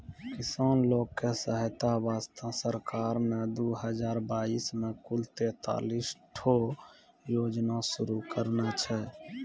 किसान लोग के सहायता वास्तॅ सरकार नॅ दू हजार बाइस मॅ कुल तेतालिस ठो योजना शुरू करने छै